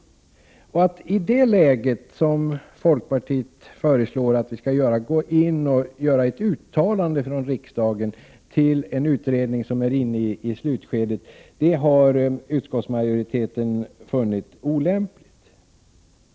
Att riksdagen i det läget, som folkpartiet föreslår, skulle gå in och göra ett uttalande till utredningen, som är inne i slutskedet av sitt arbete, har utskottsmajoriteten funnit olämpligt.